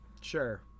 sure